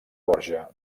gorja